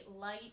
light